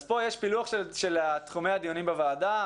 אז פה יש פילוח של תחומי הדיונים בוועדה,